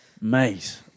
mate